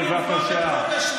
בבקשה.